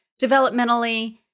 developmentally